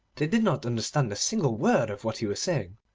they did not understand a single word of what he was saying,